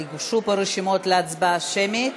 הוגשו פה רשימות להצבעה שמית.